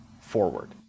forward